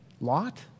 Lot